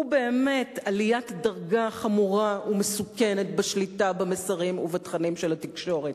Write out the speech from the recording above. הם באמת עליית דרגה חמורה ומסוכנת בשליטה במסרים ובתכנים של התקשורת.